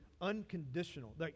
unconditional